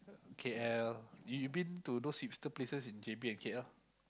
K_L you been to those hipster places in J_B and K_L